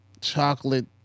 chocolate